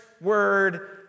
word